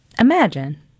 Imagine